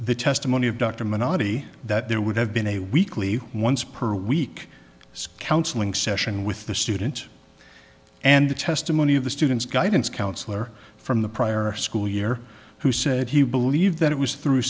the testimony of dr menotti that there would have been a weekly once per week scout celing session with the student and the testimony of the student's guidance counselor from the prior school year who said he believed that it was through